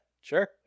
Sure